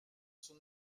sont